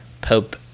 Pope